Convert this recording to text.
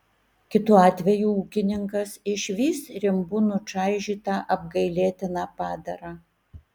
kitu atveju ūkininkas išvys rimbu nučaižytą apgailėtiną padarą